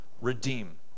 redeem